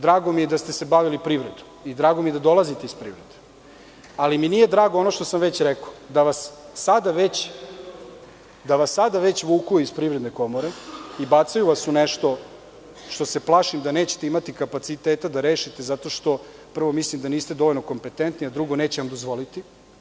Drago mi je da ste se bavili privredom i drago mi je da dolazite iz privrede, ali mi nije drago ono što sam već rekao, da vas sada već vuku iz Privredne komore i bacaju vas u nešto što se plašim da nećete imati kapaciteta da rešite zato što prvo mislim da niste dovoljno kompetentni, a drugo neće vam dozvoliti.